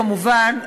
כמובן,